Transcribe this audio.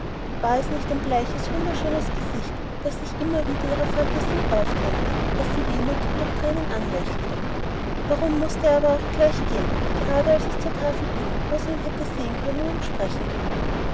war es nicht ein bleiches wunderschönes gesicht das sich immer wieder ihrer phantasie aufdrängte das sie wehmütig durch tränen anlächelte warum mußte er aber auch gehen gerade als es zur tafel ging wo sie ihn hätte sehen und sprechen können